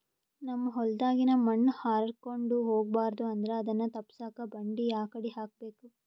ನಮ್ ಹೊಲದಾಗಿನ ಮಣ್ ಹಾರ್ಕೊಂಡು ಹೋಗಬಾರದು ಅಂದ್ರ ಅದನ್ನ ತಪ್ಪುಸಕ್ಕ ಬಂಡಿ ಯಾಕಡಿ ಹಾಕಬೇಕು?